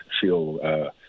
feel